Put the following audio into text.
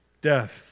death